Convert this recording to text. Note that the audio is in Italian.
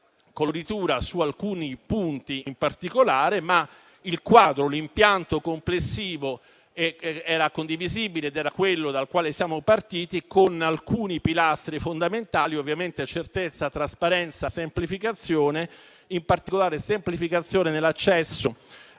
coloritura su alcuni punti in particolare, ma il quadro e l'impianto complessivo erano condivisibili ed erano quelli da cui siamo partiti, con alcuni pilastri fondamentali: certezza, trasparenza, semplificazione, in particolare semplificazione nell'accesso